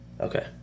Okay